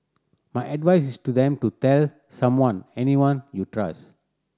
my advice is to them to tell someone anyone you trust